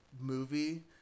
movie